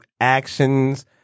actions